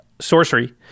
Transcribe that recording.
sorcery